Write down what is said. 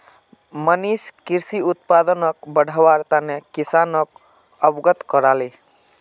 मनीष कृषि उत्पादनक बढ़व्वार तने किसानोक अवगत कराले